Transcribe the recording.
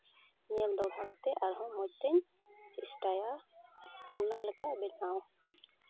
ᱧᱮᱞ ᱫᱚᱦᱲᱟ ᱠᱟᱛᱮᱫ ᱟᱨᱦᱚᱸ ᱢᱚᱡᱽ ᱛᱤᱧ ᱪᱮᱥᱴᱟᱭᱟ ᱚᱱᱟ ᱞᱮᱠᱟ ᱵᱮᱱᱟᱣ